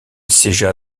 siégea